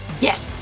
Yes